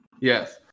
Yes